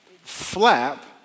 flap